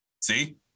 See